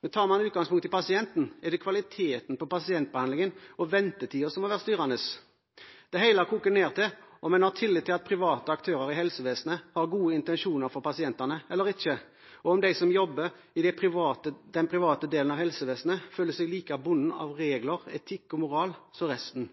Men tar man utgangspunkt i pasienten, er det kvaliteten på pasientbehandlingen og ventetiden som har vært styrende. Det hele koker ned til om en har tillit til at private aktører i helsevesenet har gode intensjoner for pasientene eller ikke, og om de som jobber i den private delen av helsevesenet, føler seg like bundet av regler, etikk og moral som resten,